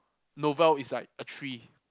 novel is like a three